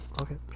okay